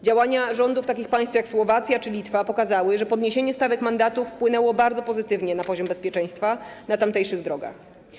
Działania rządów takich państw jak Słowacja czy Litwa pokazały, że podniesienie stawek mandatów wpłynęło bardzo pozytywnie na poziom bezpieczeństwa na tamtejszych drogach.